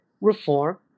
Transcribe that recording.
reform